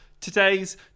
today's